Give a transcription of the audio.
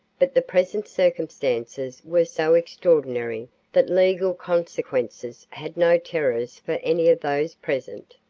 but the present circumstances were so extraordinary that legal consequences had no terrors for any of those present.